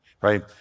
Right